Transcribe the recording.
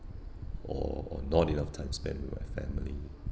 or or not enough time spent with my family